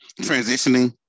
Transitioning